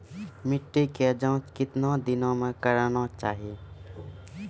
मिट्टी की जाँच कितने दिनों मे करना चाहिए?